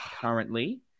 currently